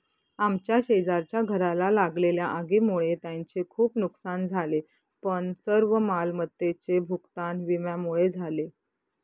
आमच्या शेजारच्या घराला लागलेल्या आगीमुळे त्यांचे खूप नुकसान झाले पण सर्व मालमत्तेचे भूगतान विम्यामुळे झाले